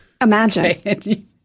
Imagine